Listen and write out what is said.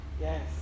Yes